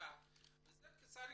חקיקה אז דרך חקיקה.